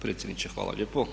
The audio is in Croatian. Predsjedniče, hvala lijepo.